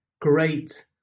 great